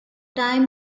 time